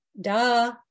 duh